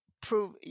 prove